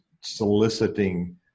soliciting